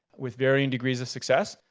with varying degrees of success.